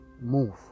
move